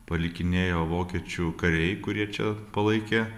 palikinėjo vokiečių kariai kurie čia palaikė